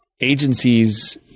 agencies